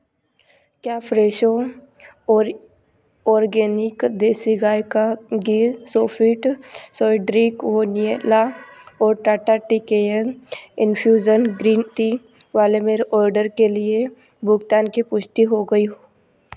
क्या Fresho organic desi गाय का घी so fit soy drink vanilla और टाटा टी केयन इन्फ़्युज़न ग्रीन टी वाले मेरे ऑर्डर के लिए भुगतान की पुष्टि हो गई